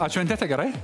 atšventėte gerai